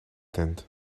tent